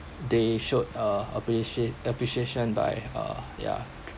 they showed uh appreciate~ appreciation by uh yeah